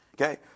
Okay